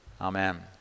Amen